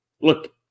Look